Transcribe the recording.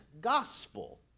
gospel